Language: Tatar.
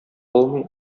алмый